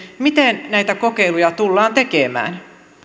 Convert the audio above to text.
miten näitä kokeiluja tullaan tekemään